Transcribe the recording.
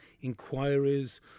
inquiries